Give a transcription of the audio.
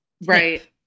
Right